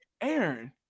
Aaron